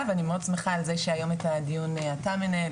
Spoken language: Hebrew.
ואיתה ואני מאוד שמחה שהיום את הדיון אתה מנהל,